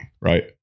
right